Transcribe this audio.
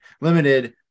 limited